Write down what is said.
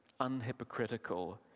unhypocritical